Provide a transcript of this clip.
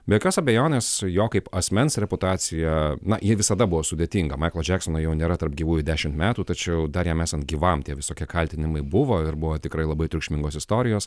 be jokios abejonės jo kaip asmens reputacija na ji visada buvo sudėtinga džeksono jau nėra tarp gyvųjų dešimt metų tačiau dar jam esant gyvam tie visokie kaltinimai buvo ir buvo tikrai labai triukšmingos istorijos